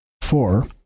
Four